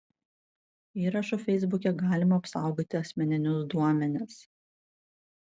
įrašu feisbuke galima apsaugoti asmeninius duomenis